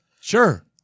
Sure